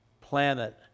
planet